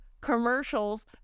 commercials